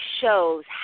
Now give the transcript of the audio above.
shows